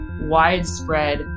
widespread